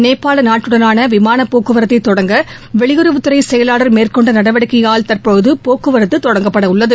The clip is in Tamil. நேபாள நாட்டுடனான விமானப்போக்குவரத்தை தொடங்க வெளியுறவுத்துறை செயலாளர் மேற்கொண்ட நடவடிக்கையால் தற்போது போக்குவரத்து தொடங்கப்பட உள்ளது